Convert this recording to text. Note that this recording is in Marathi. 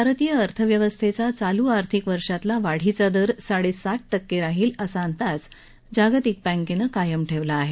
भारतीय अर्थव्यवस्थेचा चालू आर्थिक वर्षातला वाढीचा दर साडेसात टक्के राहील असा अंदाज जागतिक बँकेनं कायम ठेवला आहे